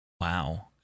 Wow